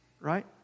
right